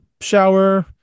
shower